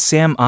Sam